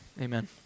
Amen